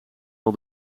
wel